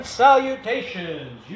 salutations